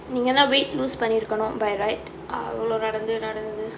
நீங்களா:neengallaa weight lose பண்ணிருக்கானோ:pannirukkaano by right அவ்வளோ நடந்து நடந்து:avvalo nadanthu nadanthu